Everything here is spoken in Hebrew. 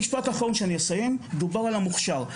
משפט אחרון ואני אסיים, דובר על המוכשר.